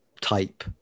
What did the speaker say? type